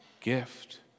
gift